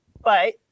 But-